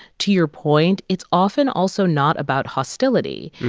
to your point, it's often also not about hostility.